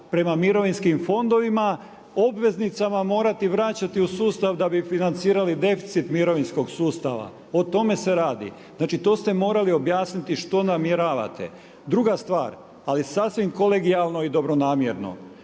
prema mirovinskim fondovima obveznicama morati vraćati u sustav da bi financirali deficit mirovinskog sustava. O tome se radi. Znači, to ste morali objasniti što namjeravate. Druga stvar ali sasvim kolegijalno i dobronamjerno.